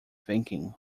thinking